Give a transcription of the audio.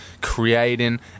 creating